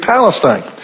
Palestine